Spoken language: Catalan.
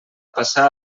passar